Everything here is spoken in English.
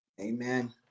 Amen